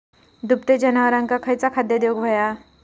दुभत्या जनावरांका खयचा खाद्य देऊक व्हया?